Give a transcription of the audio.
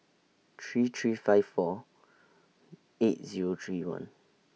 three three five four eight Zero three one